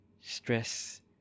stress